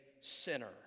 sinner